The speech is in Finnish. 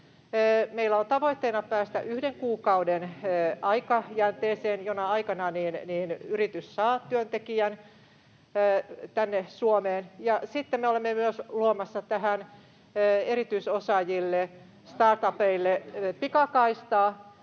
Meillä on tavoitteena päästä yhden kuukauden aikajänteeseen, jona aikana yritys saa työntekijän tänne Suomeen. Sitten me olemme myös luomassa tähän erityisosaajille ja startupeille kahden